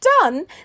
done